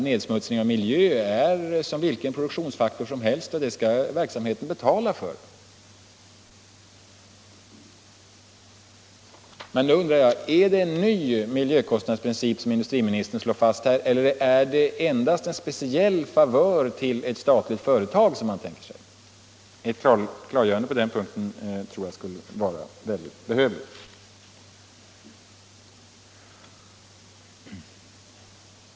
Nedsmutsning av miljön är en produktionsfaktor bland andra produktionsfaktorer, och den skall verksamheten betala för. Är det alltså en ny princip som industriministern nu slår fast eller är det endast en speciell favör till ett statligt företag som han tänker ge? Ett klargörande på den punkten tror jag skulle vara synnerligen behövligt.